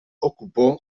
ocupó